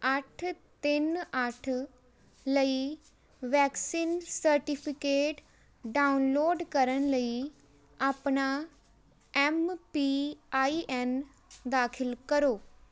ਅੱਠ ਤਿੰਨ ਅੱਠ ਲਈ ਵੈਕਸੀਨ ਸਰਟੀਫਿਕੇਟ ਡਾਊਨਲੋਡ ਕਰਨ ਲਈ ਆਪਣਾ ਐੱਮ ਪੀ ਆਈ ਐੱਨ ਦਾਖਲ ਕਰੋ